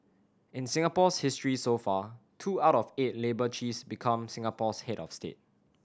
in Singapore's history so far two out of eight labour chiefs become Singapore's head of state